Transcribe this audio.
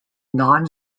non